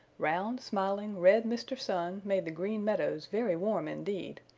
round, smiling red mr. sun made the green meadows very warm indeed,